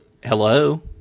hello